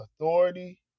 authority